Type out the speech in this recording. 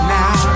now